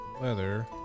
leather